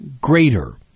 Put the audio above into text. greater